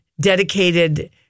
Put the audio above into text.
dedicated